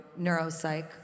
neuropsych